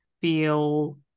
feel